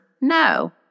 no